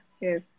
Yes